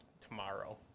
tomorrow